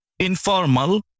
informal